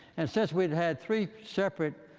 and since we had had three separate